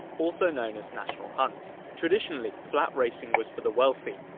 also known as national hunt. traditionally flat racing was for the wealthy,